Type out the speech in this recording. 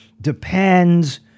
depends